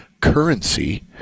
currency